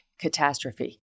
catastrophe